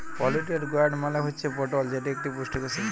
পলিটেড গয়ার্ড মালে হুচ্যে পটল যেটি ইকটি পুষ্টিকর সবজি